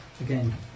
Again